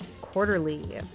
Quarterly